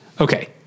Okay